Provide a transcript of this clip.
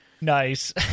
Nice